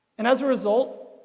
and as a result,